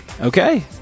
Okay